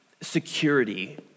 security